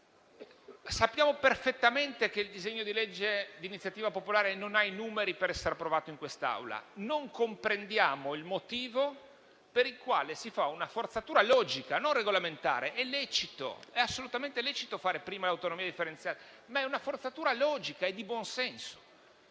Sappiamo perfettamente che il disegno di legge di iniziativa popolare non ha i numeri per essere approvato in quest'Aula. Non comprendiamo il motivo per il quale si faccia una forzatura logica, non regolamentare. È assolutamente lecito fare prima l'autonomia differenziata, ma è una forzatura logica e di buon senso.